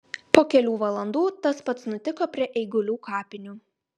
po kelių valandų tas pats nutiko prie eigulių kapinių